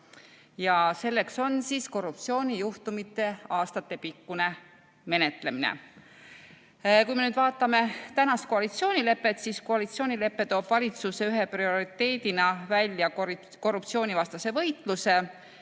Ja selleks on korruptsioonijuhtumite aastatepikkune menetlemine. Kui me vaatame praegust koalitsioonilepet, siis see toob valitsuse ühe prioriteedina välja korruptsioonivastase võitluse